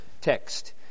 text